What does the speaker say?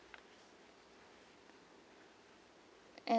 and